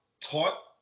taught